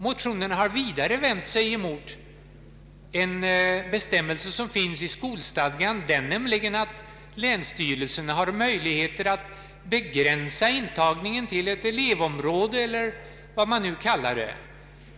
Motionerna har vidare vänt sig mot en bestämmelse som finns i skolstadgan, nämligen att länsstyrelserna har möjligheter att begränsa intagningen till ett elevområde eller vad man nu kallar det.